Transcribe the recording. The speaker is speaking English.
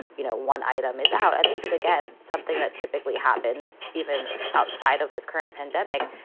you know, one item is out and this is, again, something that typically happens even outside of this current pandemic.